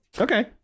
Okay